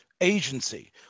agency